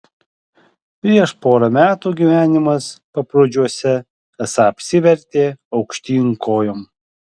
prieš porą metų gyvenimas paprūdžiuose esą apsivertė aukštyn kojom